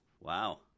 wow